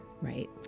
Right